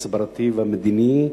ההסברתי והמדיני הזה.